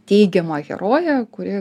teigiama herojė kuri